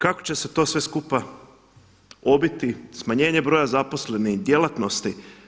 Kako će se to sve skupa obiti, smanjenje broja zaposlenih, djelatnosti.